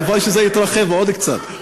הלוואי שזה יתרחב עוד קצת.